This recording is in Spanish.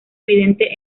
evidente